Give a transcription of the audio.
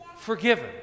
forgiven